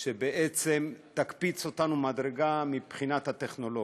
שבעצם תקפיץ אותנו מדרגה מבחינת הטכנולוגיה.